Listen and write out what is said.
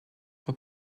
for